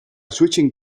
switching